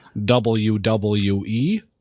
WWE